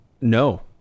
No